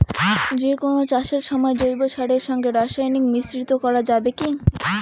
যে কোন চাষের সময় জৈব সারের সঙ্গে রাসায়নিক মিশ্রিত করা যাবে কি?